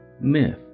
myth